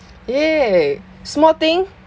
!yay! small thing